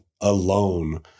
alone